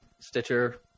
Stitcher